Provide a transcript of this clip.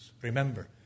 Remember